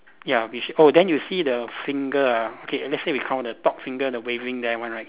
ya V shape oh then you see the finger ah okay let's say we count the top finger the waving there one right